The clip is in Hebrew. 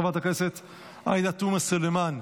חברת הכנסת עאידה תומא סלימאן,